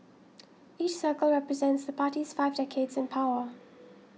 each circle represents the party's five decades in power